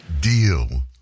Deal